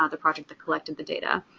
ah the project that collected the data.